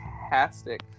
fantastic